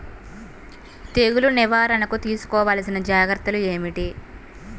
తెగులు నివారణకు తీసుకోవలసిన జాగ్రత్తలు ఏమిటీ?